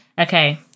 Okay